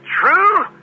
true